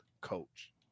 coach